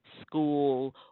school